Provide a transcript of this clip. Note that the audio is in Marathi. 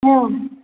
हं